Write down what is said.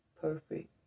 perfect